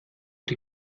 die